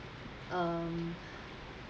um